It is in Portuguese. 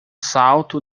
salto